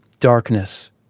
darkness